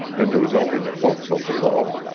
and there was only the forecastle below.